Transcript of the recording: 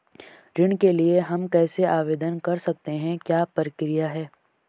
ऋण के लिए हम कैसे आवेदन कर सकते हैं क्या प्रक्रिया है?